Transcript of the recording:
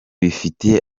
bifitiye